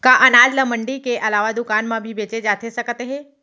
का अनाज ल मंडी के अलावा दुकान म भी बेचे जाथे सकत हे?